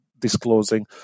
Disclosing